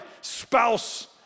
spouse